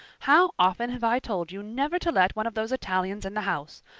how often have i told you never to let one of those italians in the house!